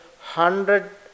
hundred